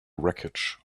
wreckage